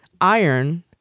iron